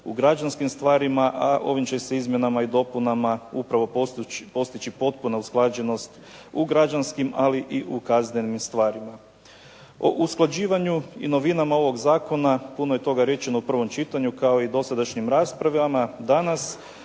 u građanskim stvarima, a ovim će se izmjenama i dopunama upravo postići potpuna usklađenost u građanskim, ali i u kaznenim stvarima. O usklađivanju i novinama ovog zakona puno je toga rečeno u prvom čitanju, kao i dosadašnjim raspravama danas